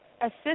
assist